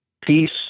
peace